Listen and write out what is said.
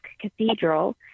cathedral